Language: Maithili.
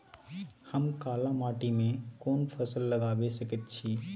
हम काला माटी में कोन फसल लगाबै सकेत छी?